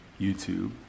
YouTube